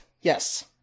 Yes